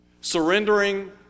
Surrendering